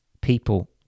people